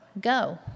go